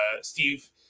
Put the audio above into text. Steve